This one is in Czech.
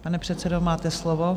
Pane předsedo, máte slovo.